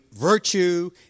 virtue